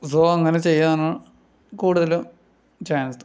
so അങ്ങനെ ചെയ്യാനാണ് കൂടുതലും ചാൻസ്